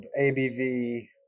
ABV